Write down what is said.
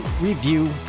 review